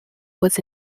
was